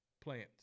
plants